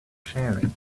sharing